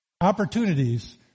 opportunities